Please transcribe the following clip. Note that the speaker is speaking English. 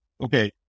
Okay